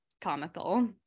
comical